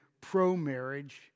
pro-marriage